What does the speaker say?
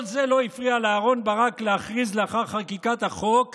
כל זה לא הפריע לאהרן ברק להכריז לאחר חקיקת החוק כי,